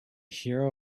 hero